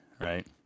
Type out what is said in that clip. right